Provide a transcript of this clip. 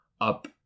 up